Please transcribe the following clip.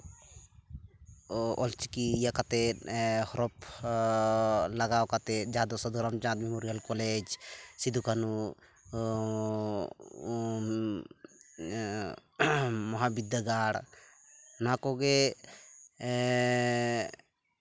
ᱚᱞᱪᱤᱠᱤ ᱤᱭᱟᱹ ᱠᱟᱛᱮᱫ ᱦᱚᱨᱚᱯᱷ ᱞᱟᱜᱟᱣ ᱠᱟᱛᱮᱫ ᱡᱟᱦᱟᱸ ᱫᱚ ᱥᱟᱫᱷᱩ ᱨᱟᱢᱪᱟᱸᱫᱽ ᱢᱮᱢᱳᱨᱤᱭᱟᱞ ᱠᱚᱞᱮᱡᱽ ᱥᱤᱫᱩᱼᱠᱟᱱᱩ ᱢᱚᱦᱟᱵᱤᱫᱽᱫᱟᱹᱜᱟᱲ ᱚᱱᱟ ᱠᱚᱜᱮ